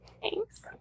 Thanks